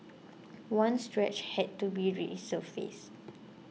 one stretch had to be resurfaced